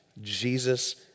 Jesus